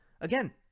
again